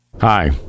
Hi